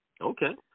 Okay